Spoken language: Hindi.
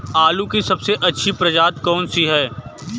आलू की सबसे अच्छी प्रजाति कौन सी है?